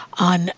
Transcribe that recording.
on